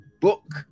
book